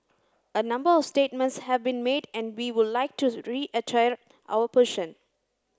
a number of statements have been made and we will like to our potion